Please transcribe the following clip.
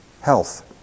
health